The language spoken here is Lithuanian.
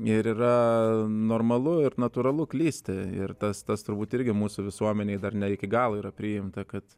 ir yra normalu ir natūralu klysti ir tas tas turbūt irgi mūsų visuomenėj dar ne iki galo yra priimta kad